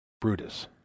Brutus